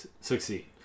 succeed